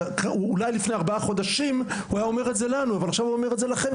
אולי לפני ארבעה חודשים זה היה נאמר אלינו אבל אתם בשלטון,